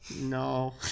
No